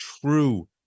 true